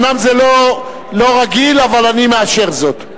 אומנם זה לא רגיל, אבל אני מאשר זאת.